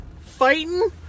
fighting